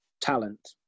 talent